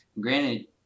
Granted